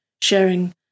sharing